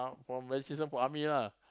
from this one from army lah